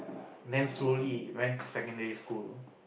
then slowly it went to secondary school